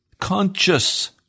conscious